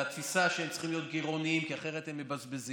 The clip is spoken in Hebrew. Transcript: על התפיסה שהם צריכים להיות גירעוניים כי אחרת הם מבזבזים.